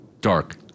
Dark